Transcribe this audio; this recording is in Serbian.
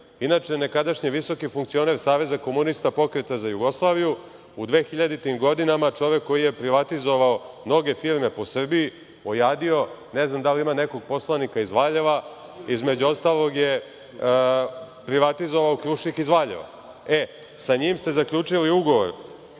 Inače, nekadašnji visoki funkcioner Saveza komunista Pokreta za Jugoslaviju, u 2000-im godinama čovek koji je privatizovao mnoge firme po Srbiji, ojadio, ne znam da li ima nekog poslanika iz Valjeva, a između ostalog je privatizovao i „Krušik“ iz Valjeva. Sa njim ste zaključili ugovor